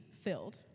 filled